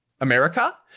America